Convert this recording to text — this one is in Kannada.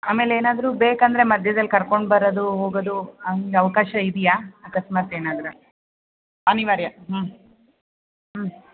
ಆಮೇಲೇನಾದರೂ ಬೇಕೆಂದರೆ ಮಧ್ಯದಲ್ಲಿ ಕರ್ಕೊಂಡು ಬರೋದು ಹೋಗೋದು ಹಾಗೆ ಅವಕಾಶ ಇದೆಯಾ ಅಕಸ್ಮಾತ್ ಏನಾದರೂ ಅನಿವಾರ್ಯ ಹ್ಞೂ ಹ್ಞೂ